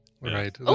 right